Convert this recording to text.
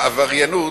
העבריינות,